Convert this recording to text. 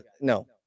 no